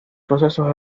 proceso